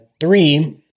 three